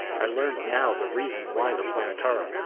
i learned now the reason why the planetara,